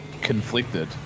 conflicted